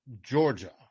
Georgia